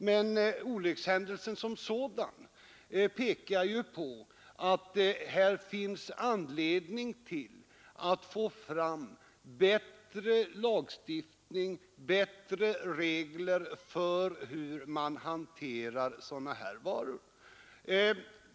Men olyckshändelsen som sådan tyder ju på att det finns anledning att få fram bättre lagstiftning, bättre regler för hur man hanterar sådana här varor.